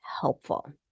helpful